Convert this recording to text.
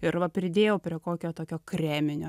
ir va pridėjau prie kokio tokio kreminio